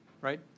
right